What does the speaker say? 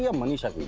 yeah manisha